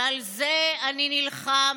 ועל זה אני נלחם,